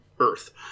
Earth